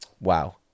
wow